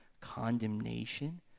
condemnation